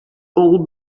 old